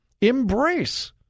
embrace